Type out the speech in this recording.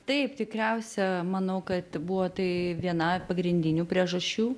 taip tikriausia manau kad buvo tai viena pagrindinių priežasčių